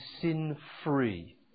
sin-free